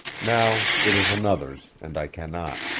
now it is another's, and i can not.